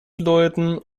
leuten